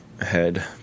head